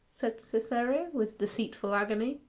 said cytherea, with deceitful agony.